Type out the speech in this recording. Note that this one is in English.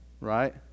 right